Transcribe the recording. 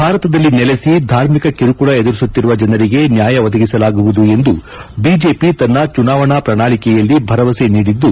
ಭಾರತದಲ್ಲಿ ನೆಲೆಸಿ ಧಾರ್ಮಿಕ ಕಿರುಕುಳ ಎದುರಿಸುತ್ತಿರುವ ಜನರಿಗೆ ನ್ನಾಯ ಒದಗಿಸಲಾಗುವುದು ಎಂದು ಬಿಜೆಪಿ ತನ್ನ ಚುನಾವಣಾ ಪ್ರಣಾಳಿಕೆಯಲ್ಲಿ ಭರವಸೆ ನೀಡಿದ್ದು